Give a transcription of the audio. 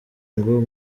ngo